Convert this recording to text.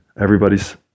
Everybody's